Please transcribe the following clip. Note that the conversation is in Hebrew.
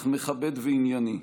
אך מכבד וענייני.